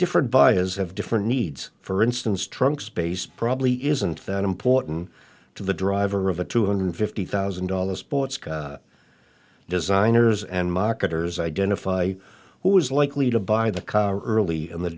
different buy has have different needs for instance trunk space probably isn't that important to the driver of a two hundred fifty thousand dollars sports car designers and marketers identify who is likely to buy the car early in the